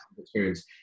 experience